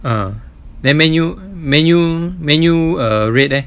ah then man U man U man U err red leh